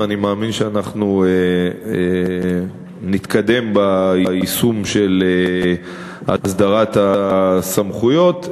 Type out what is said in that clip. אני מאמין שנתקדם ביישום של הסדרת הסמכויות.